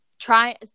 try